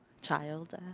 child